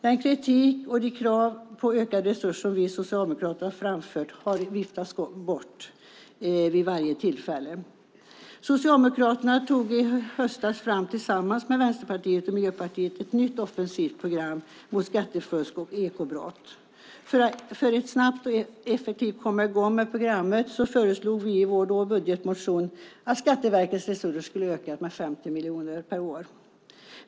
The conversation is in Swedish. Den kritik och de krav på ökade resurser som vi socialdemokrater har framfört har vid varje tillfälle viftats bort. Socialdemokraterna tog tillsammans med Vänsterpartiet och Miljöpartiet i höstas fram ett nytt offensivt program mot skattefusk och ekobrott. För att man snabbt och effektivt skulle komma i gång med programmet föreslog vi i vår budgetmotion att Skatteverkets resurser skulle öka med 50 miljoner per år.